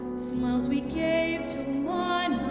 smiles we gave to one